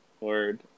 Word